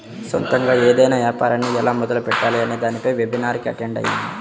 సొంతగా ఏదైనా యాపారాన్ని ఎలా మొదలుపెట్టాలి అనే దానిపై వెబినార్ కి అటెండ్ అయ్యాను